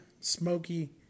smoky